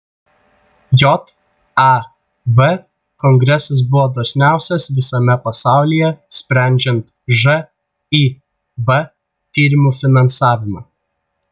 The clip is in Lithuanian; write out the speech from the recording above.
jav kongresas buvo dosniausias visame pasaulyje sprendžiant živ tyrimų finansavimą